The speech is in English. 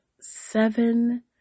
Seven